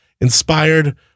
inspired